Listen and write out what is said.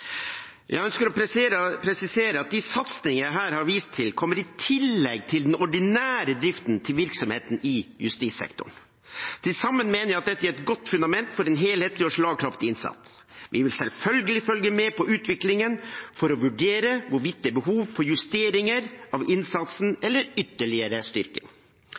Jeg ønsker å presisere at de satsinger jeg her har vist til, kommer i tillegg til den ordinære driften til virksomheten i justissektoren. Til sammen mener jeg at dette gir et godt fundament for en helhetlig og slagkraftig innsats. Vi vil selvfølgelig følge med på utviklingen for å vurdere hvorvidt det er behov for justeringer av innsatsen eller ytterligere styrking.